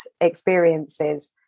experiences